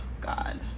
God